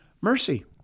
mercy